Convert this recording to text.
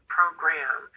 program